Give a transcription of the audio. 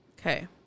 Okay